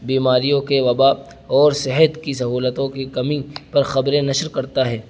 بیماریوں کے وبا اور صحت کی سہولتوں کی کمی پر خبریں نشر کرتا ہے